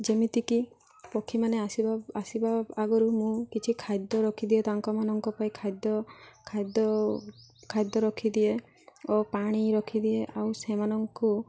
ଯେମିତିକି ପକ୍ଷୀମାନେ ଆସିବା ଆସିବା ଆଗରୁ ମୁଁ କିଛି ଖାଦ୍ୟ ରଖିଦିଏ ତାଙ୍କମାନଙ୍କ ପାଇଁ ଖାଦ୍ୟ ଖାଦ୍ୟ ଖାଦ୍ୟ ରଖିଦିଏ ଓ ପାଣି ରଖିଦିଏ ଆଉ ସେମାନଙ୍କୁ